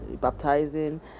baptizing